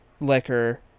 liquor